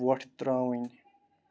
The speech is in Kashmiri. وۄٹھ ترٛاوٕنۍ